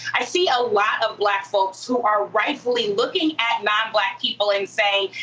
i see a lot of black folks who are rightfully looking at non-black people and saying,